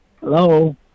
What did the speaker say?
Hello